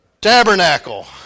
tabernacle